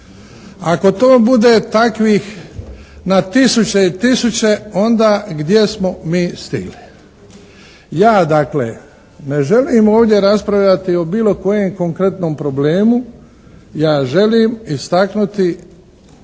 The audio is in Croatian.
Ako to bude takvih na tisuće i tisuće onda gdje smo mi stigli. Ja dakle, ne želim ovdje raspravljati o bilo kojem konkretnom problemu, ja želim istaknuti